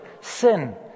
sin